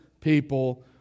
people